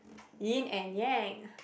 yin and yang